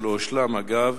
שאגב,